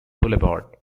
boulevard